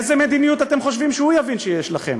איזו מדיניות אתם חושבים שהוא יבין שיש לכם?